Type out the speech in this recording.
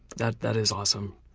that that is awesome.